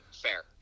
fair